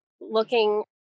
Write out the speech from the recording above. looking